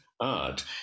art